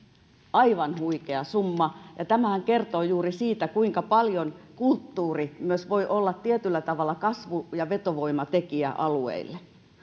aivan huikea summa tämähän kertoo juuri siitä kuinka paljon myös kulttuuri voi olla tietyllä tavalla kasvu ja vetovoimatekijä alueille